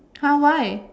!huh! why